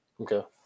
Okay